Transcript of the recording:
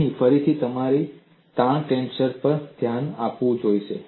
અહીં ફરીથી તમારે તણાવ ટેન્સર પર પણ ધ્યાન આપવું જોઈએ